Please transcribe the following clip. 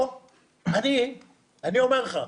פה, אני אומר לך: